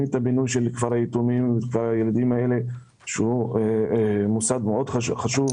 את הבינוי של כפר היתומים שהוא מוסד מאוד חשוב.